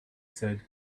said